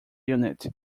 unit